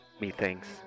methinks